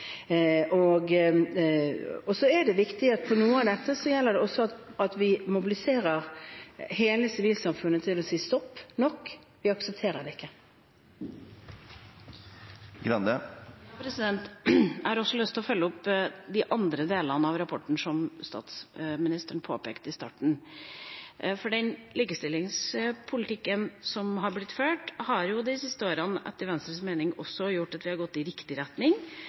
Og så er det viktig at vi også mobiliserer hele sivilsamfunnet til å si stopp, det er nok – vi aksepterer det ikke. Jeg har også lyst til å følge opp de andre delene av rapporten som statsministeren påpekte i starten. Den likestillingspolitikken som er blitt ført, har de siste årene etter Venstres mening gjort at vi har gått i riktig retning,